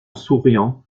souriant